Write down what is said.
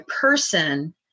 person